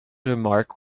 remark